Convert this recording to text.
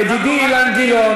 ידידי אילן גילאון,